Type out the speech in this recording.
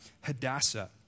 Hadassah